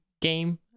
game